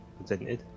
presented